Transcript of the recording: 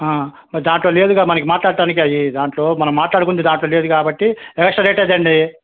మరి దాంట్లో లేదుగా మనకి మాట్లాడటానికి అవి దాంట్లో మనం మాట్లాడుకుంది దాంట్లో లేదు కాబట్టి ఎక్స్ట్రా రేట్ అదండి